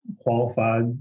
qualified